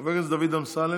חבר הכנסת דוד אמסלם.